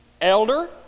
elder